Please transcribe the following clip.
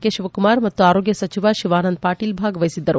K Shivakumar ಮತ್ತು ಆರೋಗ್ಯ ಸಚಿವ ಶಿವಾನಂದ್ ಪಾಟೀಲ್ ಭಾಗವಹಿಸಿದ್ದರು